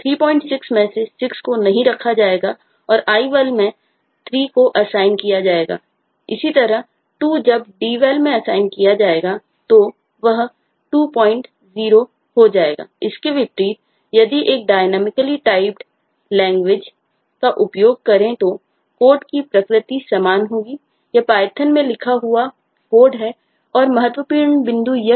36 में से 6 को नहीं रखा जाएगा और ival में 3 को असाइन जुड़ा हुआ है